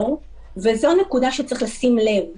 וזו נקודה שצריך לשים לב אליה,